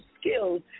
skills